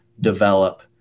develop